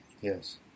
Yes